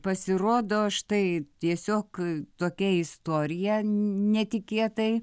pasirodo štai tiesiog tokia istorija netikėtai